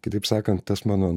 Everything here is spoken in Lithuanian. kitaip sakant tas mano